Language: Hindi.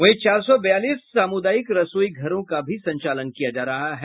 वहीं चार सौ बयालीस सामुदायिक रसोई घरों का भी संचालन किया जा रहा है